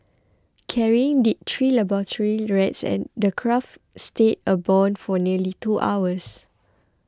carrying the three laboratory rats and the craft stayed airborne for nearly two hours